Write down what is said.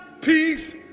peace